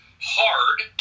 hard –